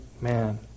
man